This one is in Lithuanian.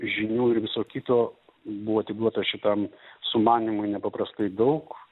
žinių ir viso kito buvo atiduota šitam sumanymui nepaprastai daug